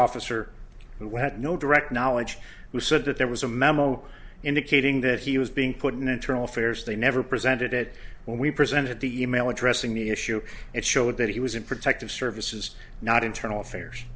officer who had no direct knowledge who said that there was a memo indicating that he was being put in internal affairs they never presented it when we presented the e mail addressing the issue it showed that he was in protective services not internal affairs